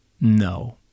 No